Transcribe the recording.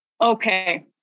Okay